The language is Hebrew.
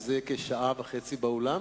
זה כשעה וחצי באולם.